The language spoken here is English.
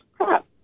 crap